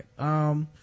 right